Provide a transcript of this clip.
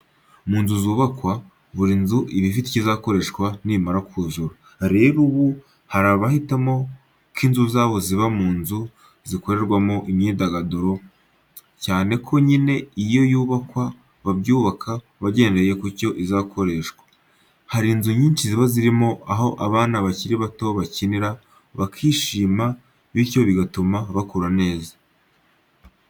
Mu nzu zubakwa, buri nzu iba ifite icyo izakoreshwa nimara kuzura. Rero ubu hari abahitamo ko inzu zabo ziba inzu z'izikorerwamo imyidagaduro cyane ko nyine iyo yubakwa bayubaka bagendeye ku cyo izakoreshwa. Hari inzu nyinshi ziba zirimo aho abana bakiri bato bakinira bakishima bityo bigatuma bakura neza.